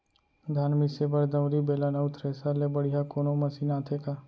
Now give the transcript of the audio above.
धान मिसे बर दंवरि, बेलन अऊ थ्रेसर ले बढ़िया कोनो मशीन आथे का?